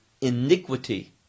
iniquity